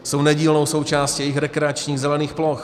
Jsou nedílnou součástí jejich rekreačních zelených ploch.